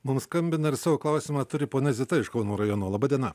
mum skambina ir savo klausimą turi ponia zita iš kauno rajono laba diena